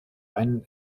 einen